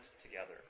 together